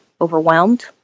overwhelmed